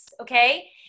Okay